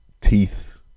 teeth